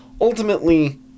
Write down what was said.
ultimately